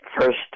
First